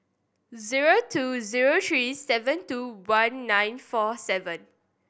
zero two zero three seven two one nine four seven